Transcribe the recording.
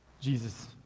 Jesus